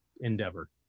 endeavor